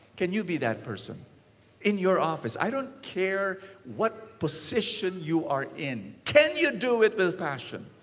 can you be that person in your office? i don't care what position you are in. can you do it with passion?